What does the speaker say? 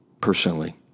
personally